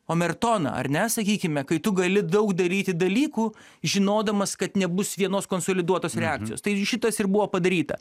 omertoną ar ne sakykime kai tu gali daug daryti dalykų žinodamas kad nebus vienos konsoliduotos reakcijos tai šitas ir buvo padaryta